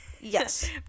Yes